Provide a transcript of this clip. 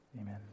amen